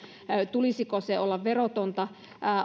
tulisiko sen olla verotonta